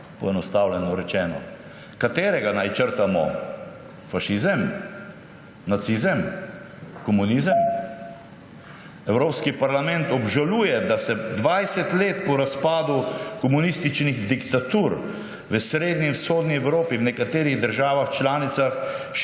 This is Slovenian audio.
poenostavljeno rečeno. Katerega naj črtamo? Fašizem? Nacizem? Komunizem? Evropski parlament obžaluje, da se 20 let po razpadu komunističnih diktatur v srednji in vzhodni Evropi v nekaterih državah članicah